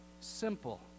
simple